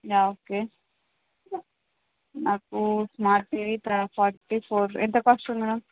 yeah okay మాకు smart TV forty four ఎంత cost ఉన్నాది